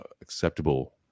Acceptable